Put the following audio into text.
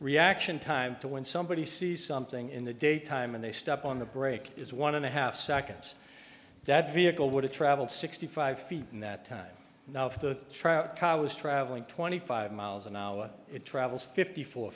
reaction time to when somebody sees something in the daytime and they step on the brake is one and a half seconds that vehicle would have traveled sixty five feet in that time now if the trout car was traveling twenty five miles an hour it travels fifty four